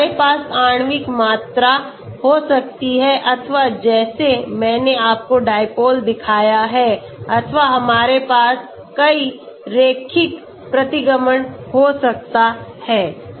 तो हमारे पास आणविक मात्रा हो सकती है अथवा जैसे मैंने आपको dipole दिखाया है अथवा हमारे पास कई रैखिक प्रतिगमन हो सकता हैं